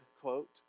quote